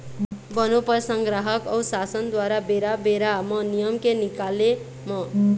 बनोपज संग्राहक अऊ सासन दुवारा बेरा बेरा म नियम के निकाले म